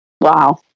Wow